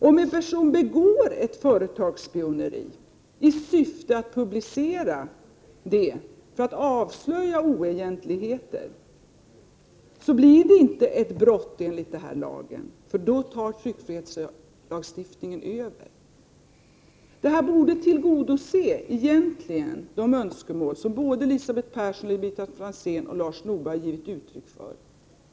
Om en person begår ett företagsspioneri i syfte att publicera det, för att avslöja oegentligheter, blir det inte ett brott enligt den här lagen, för då tar tryckfrihetslagstiftningen över. Det borde egentligen tillgodose de önskemål som såväl Elisabeth Persson som Elisabet Franzén och Lars Norberg givit 3 uttryck för.